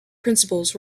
principles